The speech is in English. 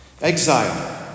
Exile